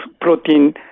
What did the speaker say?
protein